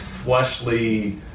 fleshly